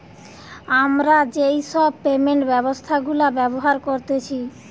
আমরা যেই সব পেমেন্ট ব্যবস্থা গুলা ব্যবহার করতেছি